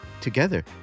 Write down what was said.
together